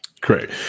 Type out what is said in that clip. Great